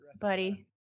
Buddy